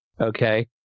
okay